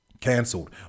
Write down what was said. cancelled